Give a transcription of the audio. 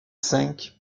cinq